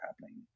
happening